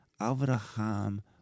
Avraham